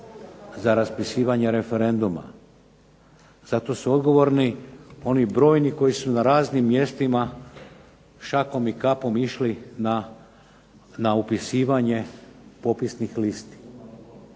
za raspisivanje referenduma, za to su odgovorni oni brojni koji su na raznim mjestima šakom i kapom išli na upisivanje popisnih listi.